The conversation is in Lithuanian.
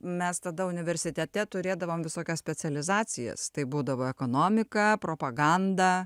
mes tada universitete turėdavom visokias specializacijas tai būdavo ekonomika propaganda